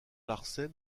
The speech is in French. larsen